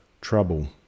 trouble